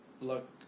look